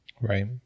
Right